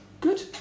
good